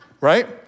right